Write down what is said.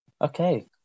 Okay